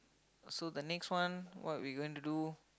so the next one what we gonna to do